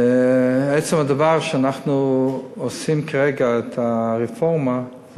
עצם הדבר שאנחנו עושים כרגע את הרפורמה,